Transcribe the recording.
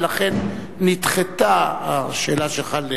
ולכן נדחתה השאלה שלך.